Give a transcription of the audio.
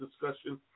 discussion